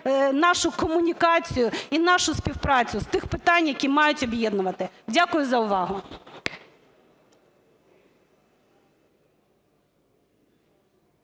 нашу комунікацію і нашу співпрацю з тих питань, які мають об'єднувати. Дякую за увагу.